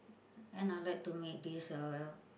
and I like to make this uh